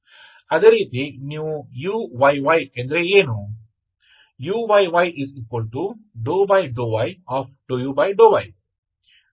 ಅದೇ ರೀತಿ ನೀವು uyyಎಂದರೆ ಏನು